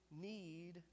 need